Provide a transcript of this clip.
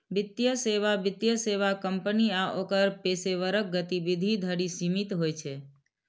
वित्तीय सेवा वित्तीय सेवा कंपनी आ ओकर पेशेवरक गतिविधि धरि सीमित होइ छै